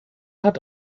hat